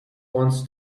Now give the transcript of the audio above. wants